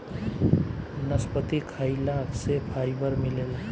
नसपति खाइला से फाइबर मिलेला